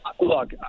look